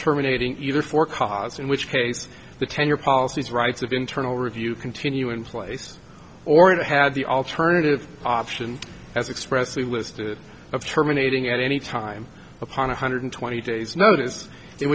terminating either for cars in which case the tenure policies rights of internal review continue in place or it had the alternative option as expressly listed of terminating at any time upon a hundred twenty days notice in